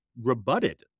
rebutted